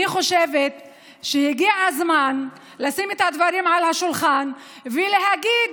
אני חושבת שהגיע הזמן לשים את הדברים על השולחן ולהגיד